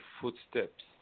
footsteps